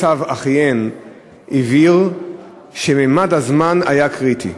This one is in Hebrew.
מצב אחיהן הבהיר שממד הזמן היה קריטי: